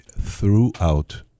throughout